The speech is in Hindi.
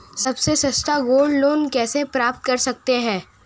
सबसे सस्ता गोल्ड लोंन कैसे प्राप्त कर सकते हैं?